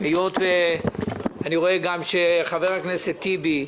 היות ואני רואה שגם חבר הכנסת טיבי,